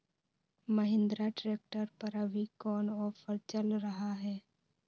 Mahindra tractor पर अभी कोन ऑफर चल रहा है?